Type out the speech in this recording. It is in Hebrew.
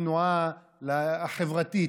התנועה החברתית,